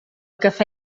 cafè